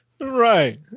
Right